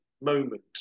moment